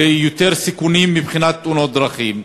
ליותר סיכונים מבחינת תאונות דרכים.